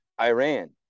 Iran